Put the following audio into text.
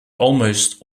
almost